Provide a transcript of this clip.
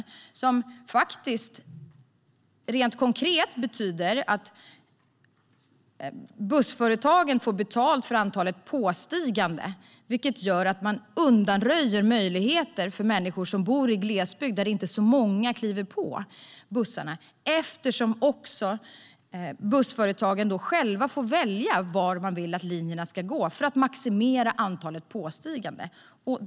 De nya upphandlingssystemen betyder rent konkret att bussföretagen får betalt för antalet påstigande. Det leder till att man undanröjer möjligheter för människor som bor i glesbygd, där det inte är särskilt många som kliver på bussarna. Bussföretagen får nämligen själva välja var linjerna ska gå, för att maximera antalet påstigande.